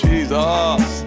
Jesus